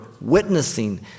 witnessing